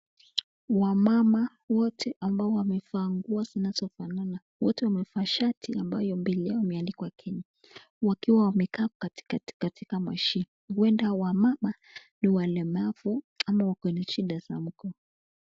Wamama wote ambao wamevaa nguo zinazofanana wote wamevaa shati ambayo mbele yao imeadikwa Kenya, wakiwa wamekaa katika mashine huenda wamam ni walemavu ama wako na shida za mguu.